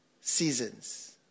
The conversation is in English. seasons